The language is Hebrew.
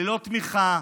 ללא תמיכה,